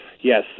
Yes